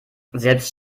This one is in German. selbst